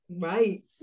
Right